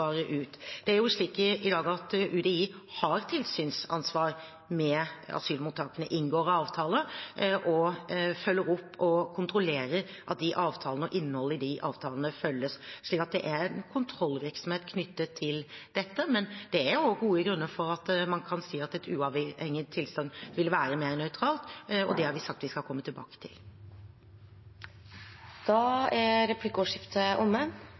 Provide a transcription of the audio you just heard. UDI har tilsynsansvar med asylmottakene. De inngår avtaler, følger opp og kontrollerer at avtalene og innholdet i dem følges. Så det er en kontrollvirksomhet knyttet til dette. Men det er også gode grunner for å si at et uavhengig tilsyn vil være mer nøytralt, og det har vi sagt vi skal komme tilbake til. Da er replikkordskiftet omme.